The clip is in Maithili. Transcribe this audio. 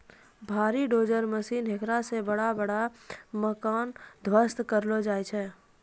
भारी डोजर मशीन हेकरा से बड़ा बड़ा मकान ध्वस्त करलो जाय छै